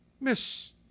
Miss